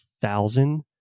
thousand